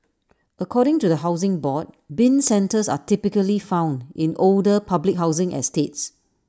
according to the Housing Board Bin centres are typically found in older public housing estates